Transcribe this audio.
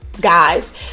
guys